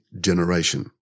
generation